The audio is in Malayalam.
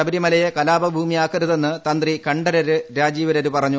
ശബരിമലയെ കലാപഭൂമിയാക്കരുതെന്ന് തന്ത്രി കണ്ഠരര് രാജീവരര് പറഞ്ഞു